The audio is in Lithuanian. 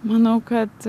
manau kad